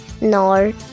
No